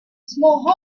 small